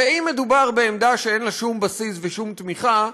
הרי אם מדובר בעמדה שאין לה שום בסיס ושום תמיכה,